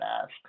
ask